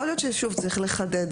יכול להיות שצריך לחדד את זה.